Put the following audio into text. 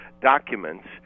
documents